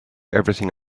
everything